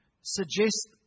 suggest